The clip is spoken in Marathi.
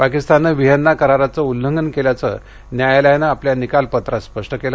पाकिस्ताननं व्हिएन्ना कराराचं उल्लंघन केल्याचं न्यायालयानं आपल्या निकाल पत्रात स्पष्ट केलं